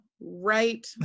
Right